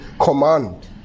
command